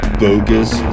bogus